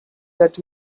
that